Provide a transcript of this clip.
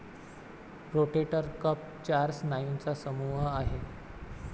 rotator cuff चार स्नायूंचा समूह आहे